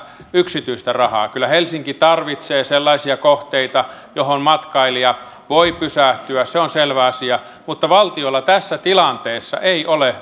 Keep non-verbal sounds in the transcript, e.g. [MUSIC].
yksityistä rahaa kyllä helsinki tarvitsee sellaisia kohteita johon matkailija voi pysähtyä se on selvä asia mutta valtion tässä tilanteessa ei ole [UNINTELLIGIBLE]